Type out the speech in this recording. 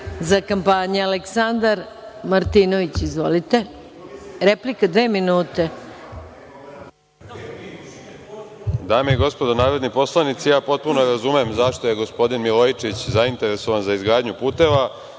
Dame i gospodo narodni poslanici, ja potpuno razumem zašto je gospodin Milojičić zainteresovan za izgradnju puteva